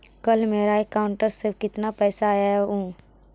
कल मेरा अकाउंटस में कितना पैसा आया ऊ?